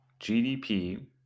GDP